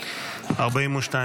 הסתייגות 421 לא נתקבלה.